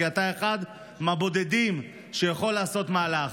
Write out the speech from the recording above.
כי אתה אחד מהבודדים שיכול לעשות מהלך,